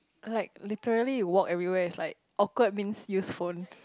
like literally you walk everywhere is like awkward means use phone